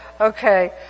Okay